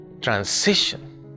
transition